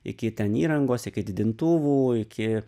iki ten įrangos iki didintuvų iki